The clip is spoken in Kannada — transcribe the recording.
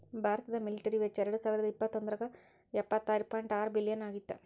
ಭಾರತದ ಮಿಲಿಟರಿ ವೆಚ್ಚ ಎರಡಸಾವಿರದ ಇಪ್ಪತ್ತೊಂದ್ರಾಗ ಎಪ್ಪತ್ತಾರ ಪಾಯಿಂಟ್ ಆರ ಬಿಲಿಯನ್ ಆಗಿತ್ತ